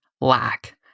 lack